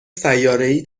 سیارهای